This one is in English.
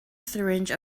syringe